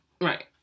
Right